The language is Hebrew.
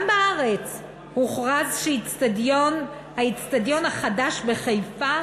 גם בארץ הוכרז שהאיצטדיון החדש בחיפה